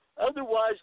Otherwise